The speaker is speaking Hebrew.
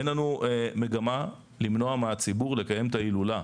אין לנו מגמה למנוע מהציבור לקיים את ההילולה.